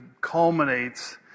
culminates